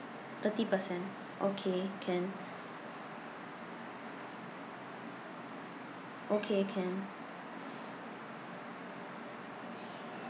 thirty percent okay can okay can